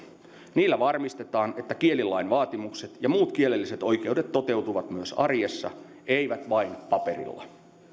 niillä varmistetaan että kielilain vaatimukset ja muut kielelliset oikeudet toteutuvat myös arjessa eivät vain paperilla